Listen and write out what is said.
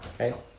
Okay